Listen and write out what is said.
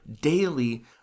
daily